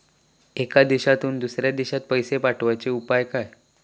एका देशातून दुसऱ्या देशात पैसे पाठवचे उपाय काय?